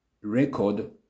record